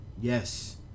Yes